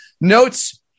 Notes